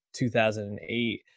2008